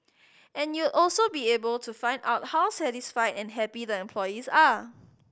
and you also be able to find out how satisfied and happy the employees are